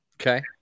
okay